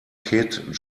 kid